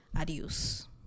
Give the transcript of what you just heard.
Adios